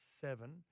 seven